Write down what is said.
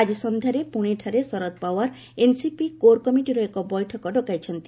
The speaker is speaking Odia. ଆଜି ସନ୍ଧ୍ୟାରେ ପ୍ରଣେଠାରେ ଶରଦ ପାୱାର ଏନସିପି କୋର କମିଟିର ଏକ ବୈଠକ ଡକାଇଛନ୍ତି